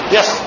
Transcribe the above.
Yes